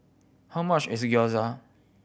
how much is Gyoza